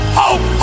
hope